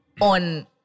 on